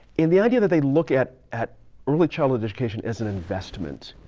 in the idea that they look at at early childhood education as an investment,